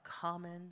common